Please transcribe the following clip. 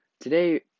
Today